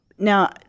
Now